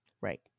Right